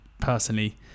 personally